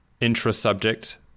intra-subject